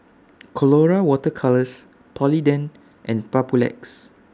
Colora Water Colours Polident and Papulex